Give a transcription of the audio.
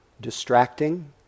distracting